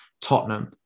Tottenham